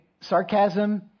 Sarcasm